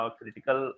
critical